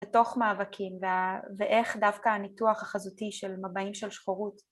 תוך מאבקים ואיך דווקא הניתוח החזותי של מבעים של שחורות